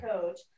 coach